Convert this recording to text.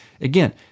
Again